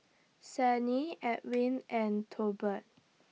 Sannie Edwin and Tolbert